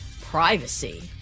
privacy